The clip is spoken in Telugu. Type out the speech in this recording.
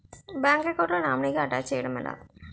బ్యాంక్ అకౌంట్ లో నామినీగా అటాచ్ చేయడం ఎలా?